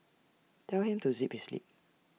tell him to zip his lip